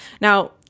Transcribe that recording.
Now